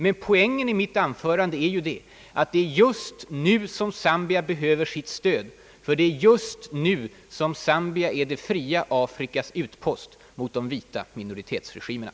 Men poängen i mitt anförande är att det är just nu som Zambia behöver sitt stöd, eftersom det är just nu som Zambia är det fria Afrikas utpost mot de vita minoritetsregimerna.